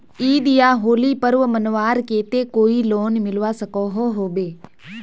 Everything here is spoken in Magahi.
ईद या होली पर्व मनवार केते कोई लोन मिलवा सकोहो होबे?